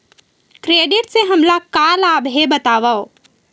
Credit से हमला का लाभ हे बतावव?